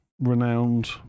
renowned